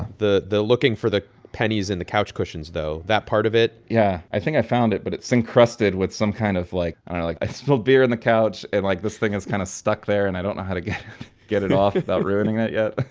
the the looking for the pennies in the couch cushions, though, that part of it yeah, i think i found it, but it's encrusted with some kind of, like i don't know, like, i spilled beer on the couch and, like, this thing is kind of stuck there and i don't know how to get get it off without ruining it yet.